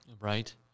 Right